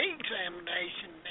examination